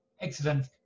Excellent